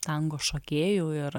tango šokėjų ir